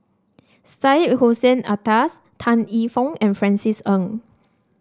Syed Hussein Alatas Tan E Tong and Francis Ng